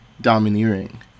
domineering